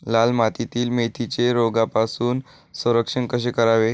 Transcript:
लाल मातीतील मेथीचे रोगापासून संरक्षण कसे करावे?